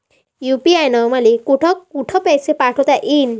UPI न मले कोठ कोठ पैसे पाठवता येईन?